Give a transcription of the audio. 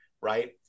Right